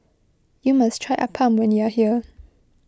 you must try Appam when you are here